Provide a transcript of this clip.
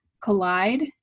collide